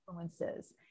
influences